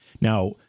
Now